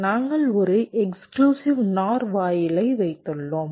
நாங்கள் ஒரு exclusive NOR வாயிலை வைத்துள்ளோம்